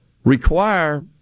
require